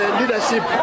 leadership